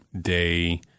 day –